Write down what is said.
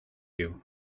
you